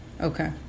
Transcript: Okay